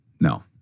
no